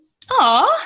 Aww